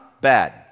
bad